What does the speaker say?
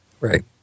Right